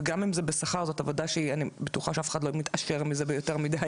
וגם אם זה בשכר אני בטוחה שאף אחד לא מתעשר מזה יותר מדי.